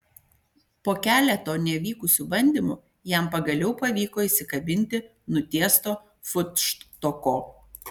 po keleto nevykusių bandymų jam pagaliau pavyko įsikabinti nutiesto futštoko